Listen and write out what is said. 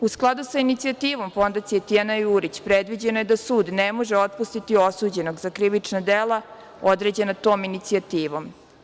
U skladu sa inicijativom Fondacije „Tijana Jurić“, predviđeno je da sud ne može otpustiti osuđenog za krivična dela određena tom inicijativom.